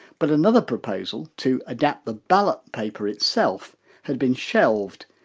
but another proposal to adapt the ballot paper itself had been shelved.